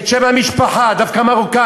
את שם המשפחה, דווקא מרוקאים.